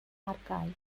archive